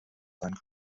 sein